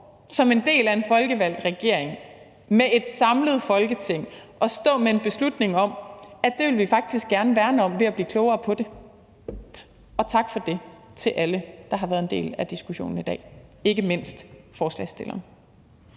som en del af en folkevalgt regering med et samlet Folketing at stå med en beslutning om, at det vil vi faktisk gerne værne om ved at blive klogere på det. Tak for det til alle, der har været en del af diskussionen i dag, ikke mindst forslagsstilleren.